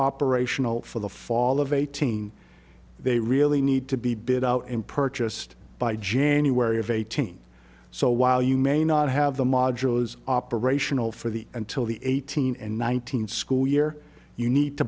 operational for the fall of eighteen they really need to be bid out and purchased by january of eighteen so while you may not have the modulus operational for the until the eighteen and nineteen school year you need to